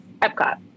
Epcot